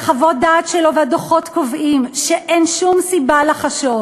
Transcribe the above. חוות הדעת שלו והדוחות קובעים שאין שום סיבה לחשוב